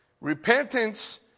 Repentance